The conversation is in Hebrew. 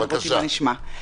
בבקשה.